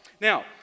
Now